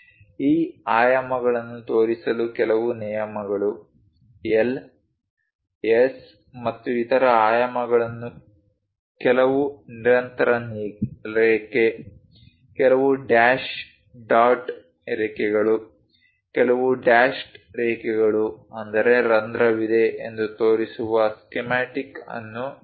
ಈ ಆಯಾಮಗಳನ್ನು ತೋರಿಸಲು ಕೆಲವು ನಿಯಮಗಳು L S ಮತ್ತು ಇತರ ಆಯಾಮಗಳನ್ನು ಕೆಲವು ನಿರಂತರ ರೇಖೆ ಕೆಲವು ಡ್ಯಾಶ್ ಡಾಟ್ ರೇಖೆಗಳು ಕೆಲವು ಡ್ಯಾಶ್ಡ್ ರೇಖೆಗಳು ಅಂದರೆ ರಂಧ್ರವಿದೆ ಎಂದು ತೋರಿಸಿರುವ ಸ್ಕೀಮ್ಯಾಟಿಕ್ ಅನ್ನು ನೋಡೋಣ